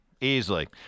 easily